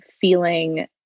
feeling